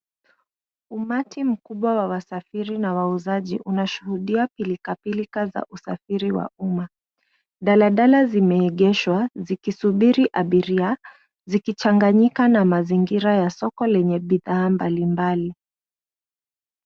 Umati mkubwa wa wasafiri na wauzaji unashuhudia pilka pilka za usafiri wa umma. Daladala zimeegeshwa zikisubiri abiria, zikichanganyika na mazingira ya soko lenye bidhaa mbalimbali.